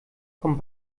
kommt